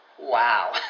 wow